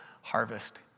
harvest